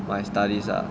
my studies ah